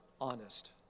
honest